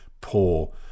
poor